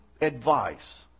advice